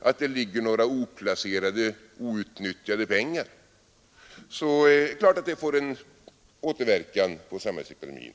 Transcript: att det ligger några oplacerade, outnyttjade pengar, får det naturligtvis återverkan på samhällsekonomin.